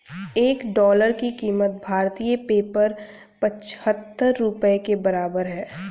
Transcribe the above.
एक डॉलर की कीमत भारतीय पेपर पचहत्तर रुपए के बराबर है